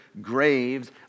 graves